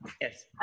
Yes